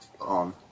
On